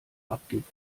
abgibt